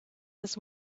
has